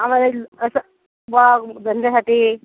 आम्हाला असं बॉ धंद्यासाठी